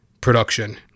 production